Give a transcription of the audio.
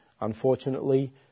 unfortunately